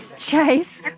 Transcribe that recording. Chase